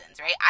right